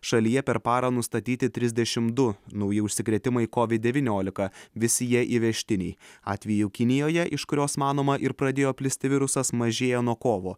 šalyje per parą nustatyti trisdešim du nauji užsikrėtimai covid devyniolika visi jie įvežtiniai atvejų kinijoje iš kurios manoma ir pradėjo plisti virusas mažėjo nuo kovo